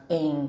em